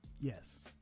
Yes